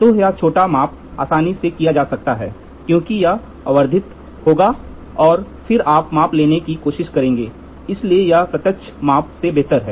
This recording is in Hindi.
तो यह छोटा माप आसानी से किया जा सकता है क्योंकि यह आवर्धित होगा और फिर आप माप लेने की कोशिश करेंगे इसलिए यह प्रत्यक्ष माप से बेहतर है